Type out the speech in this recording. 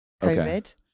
COVID